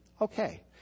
okay